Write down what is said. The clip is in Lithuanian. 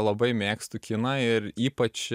labai mėgstu kiną ir ypač